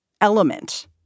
element